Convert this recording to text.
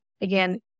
again